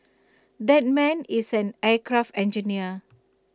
that man is an aircraft engineer